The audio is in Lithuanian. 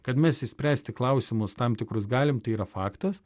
kad mes išspręsti klausimus tam tikrus galim tai yra faktas